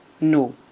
no